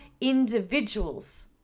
individuals